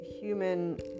human